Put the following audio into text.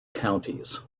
counties